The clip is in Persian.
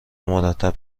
مرتب